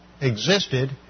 existed